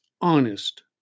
honest